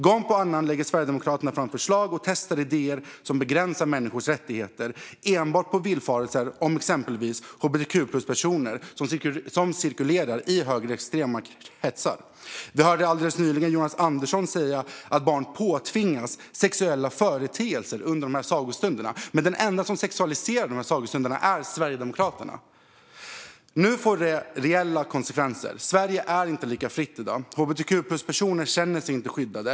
Gång efter annan lägger Sverigedemokraterna fram förslag och testar idéer som begränsar människors rättigheter, enbart baserat på villfarelser om exempelvis hbtq-plus-personer som cirkulerar i högerextrema kretsar. Vi hörde alldeles nyligen Jonas Andersson säga att barn påtvingas sexuella företeelser under dessa sagostunder. Men de enda som sexualiserar sagostunderna är Sverigedemokraterna. Nu får detta reella konsekvenser. Sverige är inte lika fritt i dag. Hbtq-plus-personer känner sig inte skyddade.